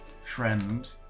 friend